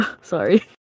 sorry